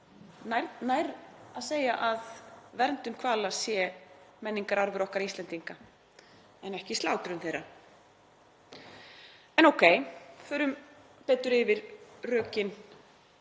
nær að segja að verndun hvala sé menningararfur okkar Íslendinga en ekki slátrun þeirra. En ókei, förum betur yfir rökin